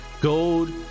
Gold